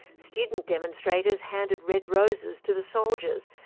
student demonstrators handed red roses to the soldiers,